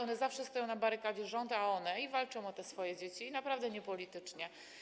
One zawsze stoją na barykadzie: rząd a naprzeciw one, i walczą o te swoje dzieci, naprawdę niepolitycznie.